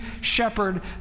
shepherd